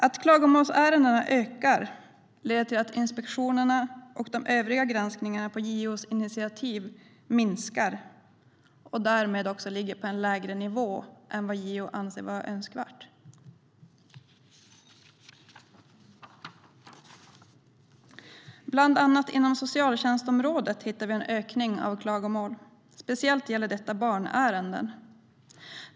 Att klagomålsärendena ökar leder till att inspektionerna och de övriga granskningarna på JO:s initiativ minskar och därmed ligger på en lägre nivå än vad JO anser vara önskvärt. Bland annat inom socialtjänstområdet hittar vi en ökning av klagomål. Speciellt gäller detta barnärenden.